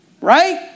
Right